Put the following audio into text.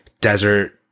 desert